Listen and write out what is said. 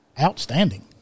Outstanding